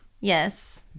Yes